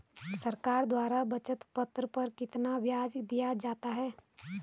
सरकार द्वारा बचत पत्र पर कितना ब्याज दिया जाता है?